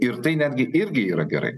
ir tai netgi irgi yra gerai